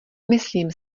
myslím